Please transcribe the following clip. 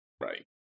Right